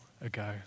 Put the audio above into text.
ago